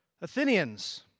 Athenians